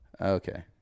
Okay